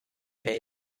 pay